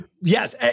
Yes